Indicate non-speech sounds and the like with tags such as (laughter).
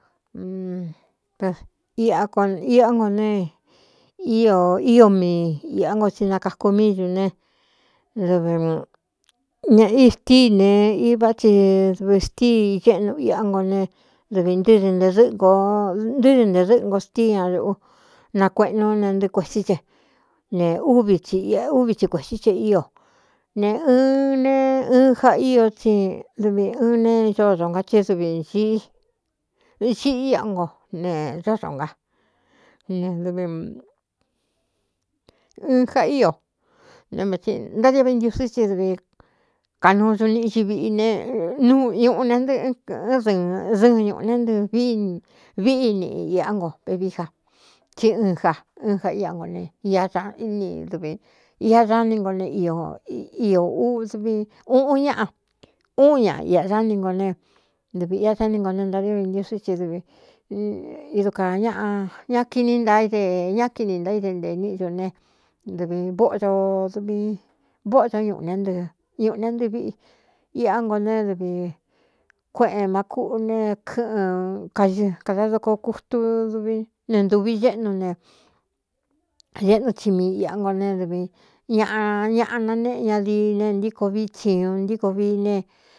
Aiá no ne ío mii iꞌá ngo tsi nakaku míiñu ne dɨv ña ii stíi ne iváꞌa tsi dvi stíi éꞌnu iꞌá nko ne dɨvi ntɨɨ nte dɨ́ꞌɨ nko ntɨ́dɨ nte dɨ́ꞌɨ ngo stíi ña ñuꞌu nakueꞌnu ne ntɨɨ kuētsí ce ne úvi tsi iꞌa úvi tsi kuēsí ce ío ne ɨɨ ne ɨɨn ja ío tsi dɨvi ɨɨn ne zódo nga cí dv ciꞌi iá nko ne dódo nga ne dvɨɨ (hesitation) ja ío ne vatsi ntádiɨꞌvi ntiusí tsi dɨvi kanuu du niꞌi ci viꞌi ne nuu ñuꞌu ne nɨɨɨɨn ɨɨn dɨɨn ñūꞌūne ntɨvi víꞌi niꞌi iꞌá nko vevií ja tsí ɨn ja ɨn ja iꞌá no ne iá ña íni dvi ia xání ngo ne uu un ñaꞌa úun ña ia xáni nko ne dɨvi ia sání ngo ne ntadio vi ntiusí ti dɨvi idukā a ña kini ntaā i de ña kini nta í de ntē níꞌi ñu ne dɨvi vóꞌdoo dvi vóꞌo do ñꞌune nɨɨ ñuꞌu ne ntɨ viꞌi iꞌá nko né dɨvi kuéꞌēn ma kúꞌu ne kɨ́ꞌɨn kaɨ kada doko kutu dvi ne ntūvi éꞌnu ne éꞌnu tsi mii iꞌa nko ne dɨvi ñaa ñaꞌa nanéꞌe ñadií ne ntíko vií tsiñu ntíko vií ne.